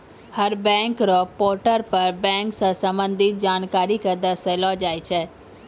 हर bank र portal पर bank स संबंधित जानकारी क दर्शैलो जाय छै